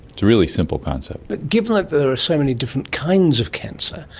it's a really simple concept. but given that there are so many different kinds of cancer,